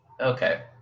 Okay